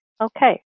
okay